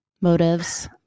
motives